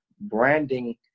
branding